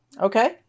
Okay